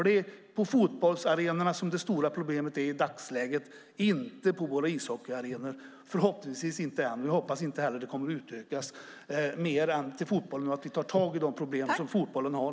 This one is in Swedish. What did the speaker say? Det är ju på fotbollsarenorna som det stora problemet finns i dagsläget, inte på våra ishockeyarenor, i varje fall inte än, och jag hoppas att det inte heller kommer att utökas mer än till fotbollen och att vi tar tag i de problem som fotbollen har.